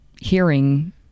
hearing